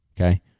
Okay